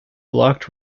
blocked